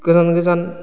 गोजान गोजान